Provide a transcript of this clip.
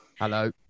hello